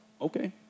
okay